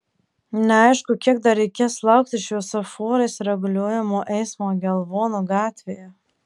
neaišku kiek dar reikės laukti šviesoforais reguliuojamo eismo gelvonų gatvėje